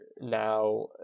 now